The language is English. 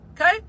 okay